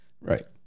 Right